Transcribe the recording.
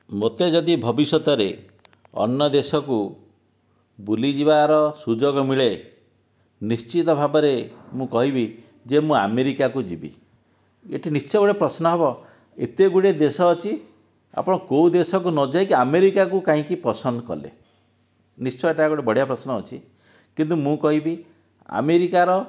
ମୋତେ ଯଦି ଭବିଷ୍ୟତରେ ଅନ୍ୟ ଦେଶକୁ ବୁଲି ଯିବାର ସୁଯୋଗ ମିଳେ ନିଶ୍ଚିତ ଭାବରେ ମୁଁ କହିବି ଯେ ମୁଁ ଆମେରିକାକୁ ଯିବି ଏଇଠି ନିଶ୍ଚେ ଗୋଟେ ପ୍ରଶ୍ନ ହବ ଏତେ ଗୁଡ଼ିଏ ଦେଶ ଅଛି ଆପଣ କେଉଁ ଦେଶକୁ ନ ଯାଇକି ଆମେରିକାକୁ କାହିଁକି ପସନ୍ଦ କଲେ ନିଶ୍ଚୟ ଏଟା ଗୋଟେ ବଢ଼ିଆ ପ୍ରଶ୍ନ ଅଛି କିନ୍ତୁ ମୁଁ କହିବି ଆମେରିକାର